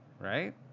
right